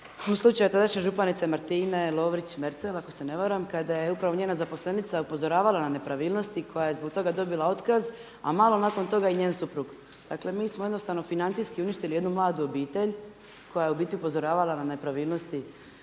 u slučaju tadašnje županice Martine Lovrić Mercel ako se ne varam kada je upravo njena zaposlenica upozoravala na nepravilnosti koja je zbog toga dobila otkaz, a malo nakon toga i njen suprug. Dakle, mi smo jednostavno financijski uništili jednu mladu obitelj koja je u biti upozoravala na nepravilnosti